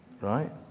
right